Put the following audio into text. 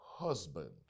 husband